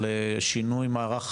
על שינוי מערך